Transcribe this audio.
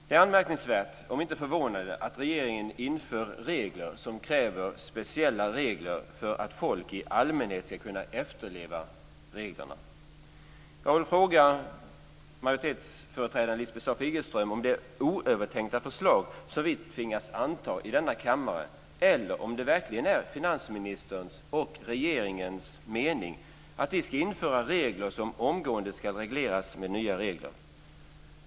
Det är anmärkningsvärt, om inte förvånande, att regeringen inför regler som kräver speciella regler för att folk i allmänhet ska kunna efterleva reglerna. Jag vill fråga majoritetsföreträdaren Lisbeth Staaf Igelström om det är oövertänkta förslag som vi tvingas anta i denna kammare eller om det verkligen är finansministerns och regeringens mening att vi ska införa regler som omgående ska regleras med nya regler.